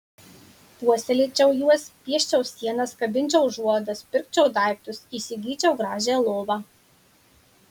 puoselėčiau juos pieščiau sienas kabinčiau užuolaidas pirkčiau daiktus įsigyčiau gražią lovą